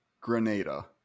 Grenada